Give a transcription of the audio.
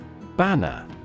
Banner